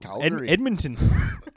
Edmonton